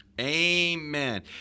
Amen